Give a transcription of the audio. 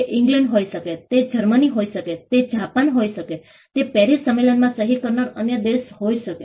તે ઇંગ્લેંડ હોઈ શકે તે જર્મની હોઈ શકે તે જાપાન હોઈ શકે તે પેરીસ સંમેલનમાં સહી કરનાર અન્ય કોઈ દેશ હોઈ શકે